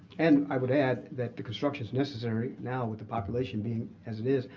and i would add that the construction is necessary now, with the population being as it is.